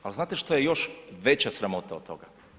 Ali znate što je još veća sramota od toga?